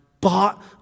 bought